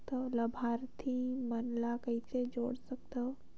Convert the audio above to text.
लाभार्थी मन ल कइसे जोड़ सकथव?